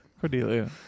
cordelia